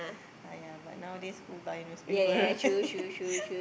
!aiyah! but nowadays who buy newspaper right